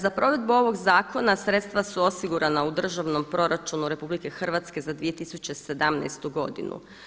Za provedbu ovog zakona sredstva su osigurana u državnom proračunu RH za 2017. godinu.